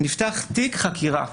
נפתח תיק חקירה.